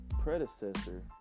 predecessor